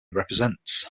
represents